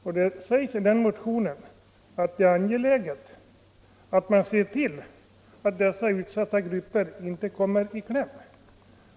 I den motionen påpekas att det är angeläget att se till att utsatta grupper, bl.a. pensionärerna, inte kommer i kläm.